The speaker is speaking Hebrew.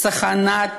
צחנת